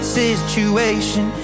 situation